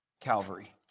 Calvary